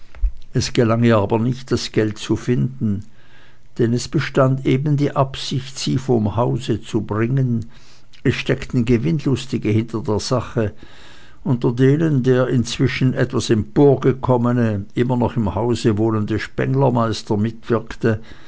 es gelang ihr aber nicht das geld zu finden denn es bestand eben die absicht sie vom hause zu bringen und es steckten gewinnlustige hinter der sache unter denen der inzwischen etwas emporgekommene immer noch im hause wohnende spenglermeister mitwirkte